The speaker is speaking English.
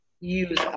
use